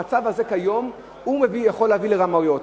המצב הזה כיום יכול להביא לרמאויות.